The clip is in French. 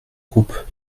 groupe